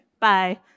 Bye